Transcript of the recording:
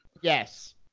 Yes